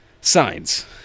Signs